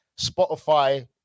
Spotify